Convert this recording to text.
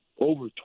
over